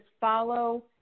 follow